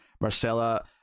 Marcella